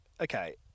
Okay